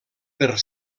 per